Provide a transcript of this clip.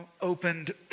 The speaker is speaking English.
opened